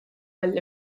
għall